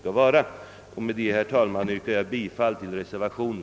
Med detta, herr talman, yrkar jag bifall till reservationen.